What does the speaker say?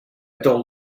told